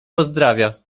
pozdrawia